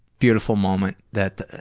beautiful moment. that,